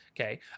Okay